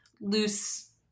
loose